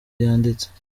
yanditse